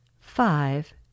five